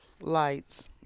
Lights